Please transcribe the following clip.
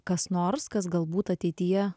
kas nors kas galbūt ateityje